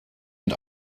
and